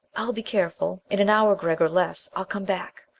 i'll be careful. in an hour, gregg, or less, i'll come back.